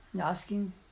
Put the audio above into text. asking